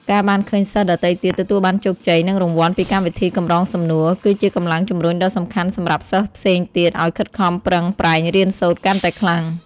ការបានឃើញសិស្សដទៃទៀតទទួលបានជោគជ័យ និងរង្វាន់ពីកម្មវិធីកម្រងសំណួរ គឺជាកម្លាំងជំរុញដ៏សំខាន់សម្រាប់សិស្សផ្សេងទៀតឲ្យខិតខំប្រឹងប្រែងរៀនសូត្រកាន់តែខ្លាំង។